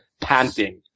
panting